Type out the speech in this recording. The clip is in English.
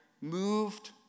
moved